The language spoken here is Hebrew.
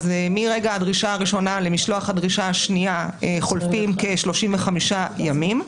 אז מרגע הדרישה הראשונה למשלוח הדרישה השנייה חולפים כ-35 ימים.